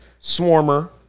Swarmer